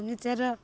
ନିଜର